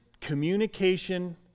communication